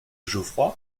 geoffroy